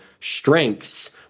strengths